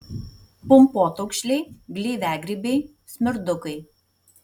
pumpotaukšliai gleiviagrybiai smirdukai